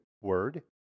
word